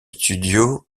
studios